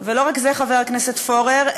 חבר הכנסת פורר,